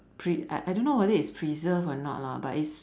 pre~ I I don't know whether it's preserved or not lah but it's